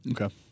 okay